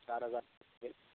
چار ہزار